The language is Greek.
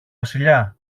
βασιλιά